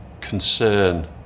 concern